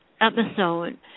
episode